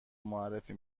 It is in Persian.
معرفی